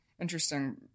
interesting